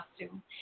costume